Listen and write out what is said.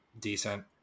decent